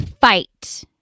fight